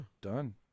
done